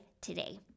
today